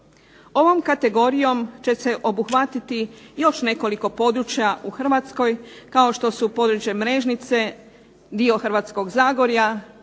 Ovom kategorijom će se obuhvatiti još nekoliko područja u Hrvatskoj, kao što su područje Mrežnice, dio Hrvatskog zagorja